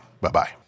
Bye-bye